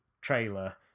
trailer